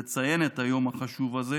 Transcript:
לציין את היום החשוב הזה.